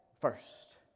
first